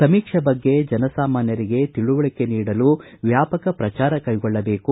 ಸಮೀಕ್ಷೆ ಬಗ್ಗೆ ಜನಸಾಮಾನ್ಯರಿಗೆ ತಿಳುವಳಿಕೆ ನೀಡಲು ವ್ಯಾಪಕ ಪ್ರಚಾರ ಕೈಗೊಳ್ಳಬೇಕು